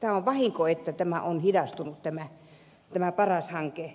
on vahinko että tämä paras hankkeen